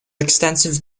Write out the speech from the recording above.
extensive